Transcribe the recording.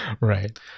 Right